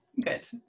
Good